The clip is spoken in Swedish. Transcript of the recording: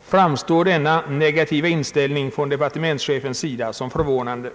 framstår denna negativa inställning från departementschefens sida som förvånande.